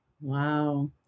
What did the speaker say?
Wow